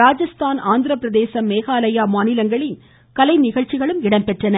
ராஜஸ்தான் ஆந்திரப்பிரதேசம் மேகாலயா மாநிலங்களின் கலைநிகழ்ச்சிகளும் இடம்பெற்றன